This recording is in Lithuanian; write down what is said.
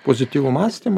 pozityvų mąstymą